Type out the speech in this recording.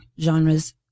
genres